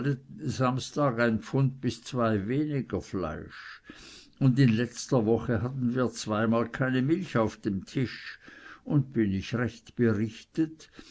samstag ein pfund bis zwei weniger fleisch und in letzter woche hatten wir zweimal keine milch auf dem tisch und bin ich recht berichtet